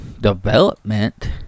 development